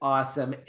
Awesome